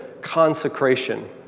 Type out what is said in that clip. consecration